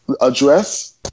address